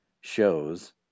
shows